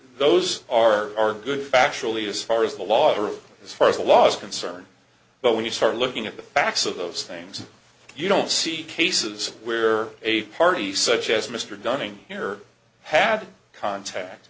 those are good factually as far as the laws are as far as the laws concerned but when you start looking at the facts of those things you don't see cases where a party such as mr dunning here had contact